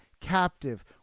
captive